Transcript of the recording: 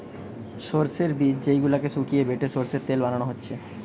সোর্সের বীজ যেই গুলাকে শুকিয়ে বেটে সোর্সের তেল বানানা হচ্ছে